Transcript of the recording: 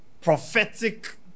prophetic